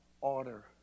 order